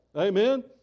amen